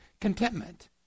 contentment